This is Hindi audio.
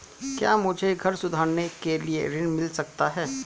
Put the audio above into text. क्या मुझे घर सुधार के लिए ऋण मिल सकता है?